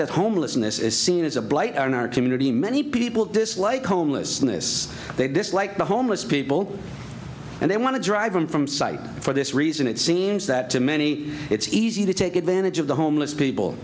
that homelessness is seen as a blight on our community many people dislike homelessness they dislike the homeless people and they want to drive them from site for this reason it seems that to many it's easy to take advantage of the homeless people